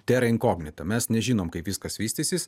terra inkognito mes nežinom kaip viskas vystysis